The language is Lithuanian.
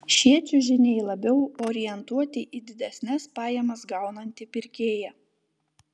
šie čiužiniai labiau orientuoti į didesnes pajamas gaunantį pirkėją